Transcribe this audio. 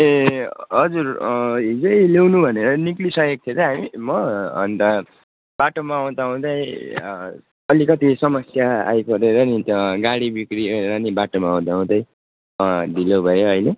ए हजुर हिजै ल्याउनु भनेर निक्लिसकेको थिएँ त हामी म अन्त बाटोमा आउँदाआउँदै अलिकति समस्या आइपरेर नि गाडी बिग्रिएर नि बाटोमा आउँदाआउँदै ढिलो भयो अहिले